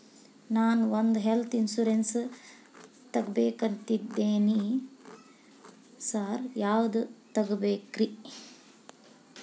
ನಾನ್ ಒಂದ್ health insurance ತಗಬೇಕಂತಿದೇನಿ sir ಯಾವದ ತಗಬೇಕ್ರಿ?